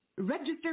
Register